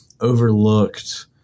overlooked